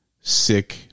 sick